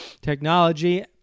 Technology